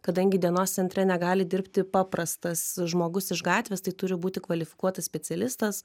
kadangi dienos centre negali dirbti paprastas žmogus iš gatvės tai turi būti kvalifikuotas specialistas